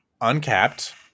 uncapped